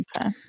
Okay